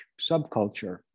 subculture